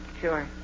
Sure